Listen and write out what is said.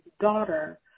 daughter